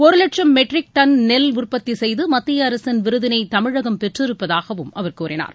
ஒரு லட்சும் metric tonne நெல் உற்பத்தி செய்து மத்திய அரசின் விருதினை தமிழகம் பெற்றிருப்பதாகவும் அவர் கூறினார்